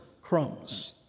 crumbs